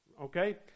okay